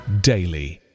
daily